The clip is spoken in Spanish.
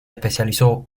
especializó